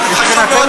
חשוב מאוד